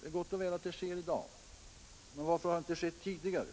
Det är gott och väl att det sker i dag, men varför har det inte skett tidigare?